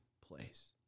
place